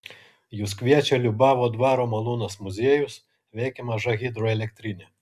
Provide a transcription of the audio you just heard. jus kviečia liubavo dvaro malūnas muziejus veikia maža hidroelektrinė